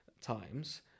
times